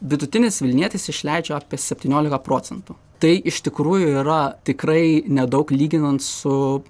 vidutinis vilnietis išleidžia apie septyniolika procentų tai iš tikrųjų yra tikrai nedaug lyginant su